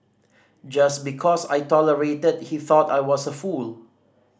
just because I tolerated he thought I was a fool